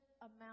amount